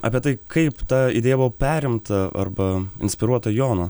apie tai kaip ta idėja buvo perimta arba inspiruota jono